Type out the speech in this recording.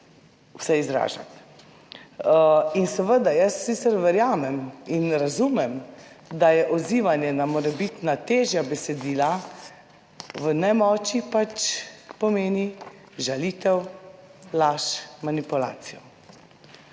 se izražati. In seveda, jaz sicer verjamem in razumem, da je odzivanje na morebitna težja besedila v nemoči pomeni žalitev, laž, manipulacijo.